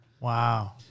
Wow